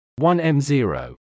1m0